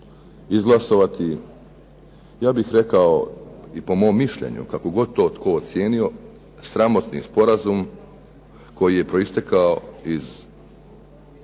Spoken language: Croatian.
izglasovati, ja bih rekao i po mom mišljenju, kako god to tko ocijenio, sramotni sporazum koji je proistekao iz